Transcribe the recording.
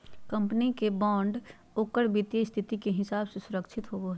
company के bond ओकर वित्तीय स्थिति के हिसाब से सुरक्षित होवो हइ